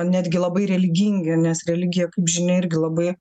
netgi labai religingi nes religija kaip žinia irgi labai